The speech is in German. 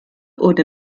ohne